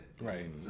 Right